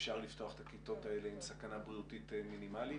שאפשר לפתוח את הכיתות האלה עם סכנה בריאותית מינימלית